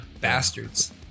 bastards